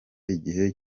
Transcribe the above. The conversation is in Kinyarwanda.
igihe